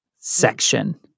section